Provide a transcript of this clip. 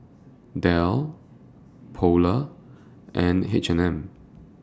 Dell Polar and H and M